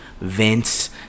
Vince